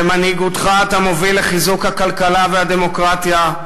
במנהיגותך אתה מוביל לחיזוק הכלכלה והדמוקרטיה,